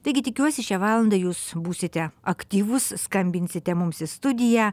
taigi tikiuosi šią valandą jūs būsite aktyvūs skambinsite mums į studiją